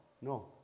no